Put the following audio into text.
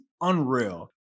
unreal